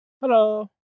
Hello